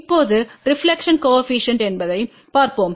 இப்போது ரெப்லக்க்ஷன் கோஏபிசிஎன்ட்த்தைப் பார்ப்போம்